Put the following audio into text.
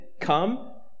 come